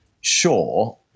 sure